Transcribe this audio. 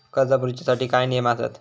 कर्ज भरूच्या साठी काय नियम आसत?